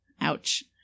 Ouch